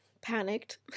panicked